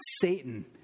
Satan